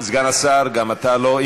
סגן השר, גם אתה לא.